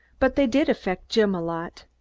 but they did affect jim a lot.